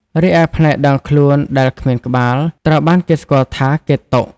រីឯផ្នែកដងខ្លួនដែលគ្មានក្បាល ត្រូវបានគេស្គាល់ថា កេតុ ។